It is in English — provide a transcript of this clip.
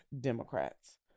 democrats